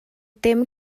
dim